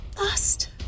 lost